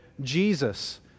Jesus